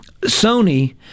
Sony